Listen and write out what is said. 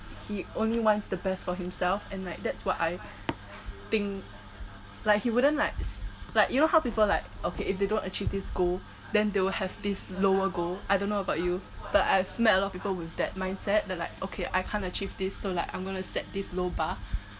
he only wants the best for himself and like that's what I think like he wouldn't like s~ like you know how people like okay if you don't achieve this goal then they will have this lower goal I don't know about you but I've met a lot of people with that mindset that like okay I can't achieve this so like I'm gonna set this low bar